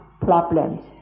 problems